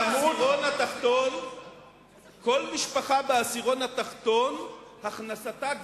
בעשירון התחתון כל משפחה בעשירון התחתון הכנסתה גדלה,